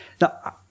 Now